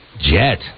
Jet